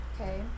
Okay